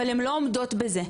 אבל הן לא עומדות בזה,